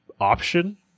option